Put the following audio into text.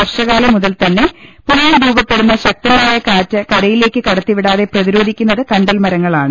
വർഷകാലം മുതൽ തന്നെ പുഴയിൽ രൂപ പ്പെടുന്ന ശക്തമായ കാറ്റ് കരയിലേക്ക് കടത്തി വിടാതെ പ്രതി രോധിക്കുന്നത് കണ്ടൽ മരങ്ങളാണ്